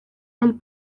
del